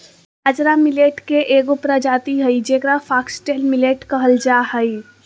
बाजरा मिलेट के एगो प्रजाति हइ जेकरा फॉक्सटेल मिलेट कहल जा हइ